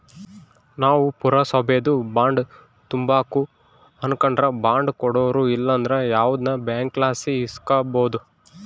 ನಾವು ಪುರಸಬೇದು ಬಾಂಡ್ ತಾಂಬಕು ಅನಕಂಡ್ರ ಬಾಂಡ್ ಕೊಡೋರು ಇಲ್ಲಂದ್ರ ಯಾವ್ದನ ಬ್ಯಾಂಕ್ಲಾಸಿ ಇಸ್ಕಬೋದು